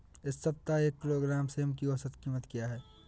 इस सप्ताह एक किलोग्राम सेम की औसत कीमत क्या है?